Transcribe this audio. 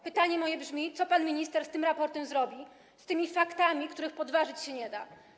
Pytanie moje brzmi: Co pan minister z tym raportem zrobi, z tymi faktami, których podważyć się nie da?